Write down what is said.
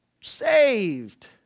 Saved